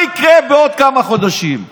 מה יקרה בעוד כמה חודשים?